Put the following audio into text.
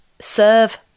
serve